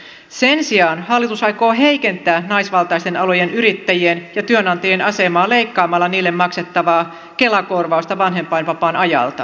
sen sijaan hallitus aikoo heikentää naisvaltaisten alojen yrittäjien ja työnantajien asemaa leikkaamalla niille maksettavaa kela korvausta vanhempainvapaan ajalta